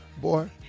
Boy